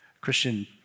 Christian